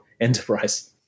enterprise